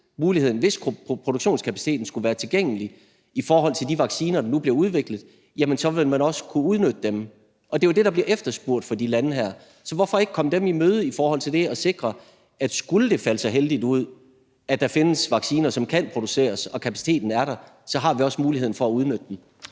hvis produktionskapaciteten skulle være der i forhold til de vacciner, der nu bliver udviklet, så vil man også kunne udnytte den. Det er jo det, der bliver efterspurgt af de her lande, så hvorfor ikke komme dem i møde i forhold til det og sikre, at hvis det skulle falde så heldigt ud, at der findes vacciner, som kan produceres, og kapaciteten er der, så har vi også muligheden for at udnytte den?